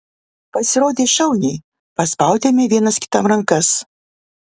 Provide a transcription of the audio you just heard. pasirodei šauniai paspaudėme vienas kitam rankas